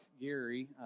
Gary